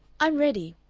i'm ready,